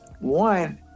one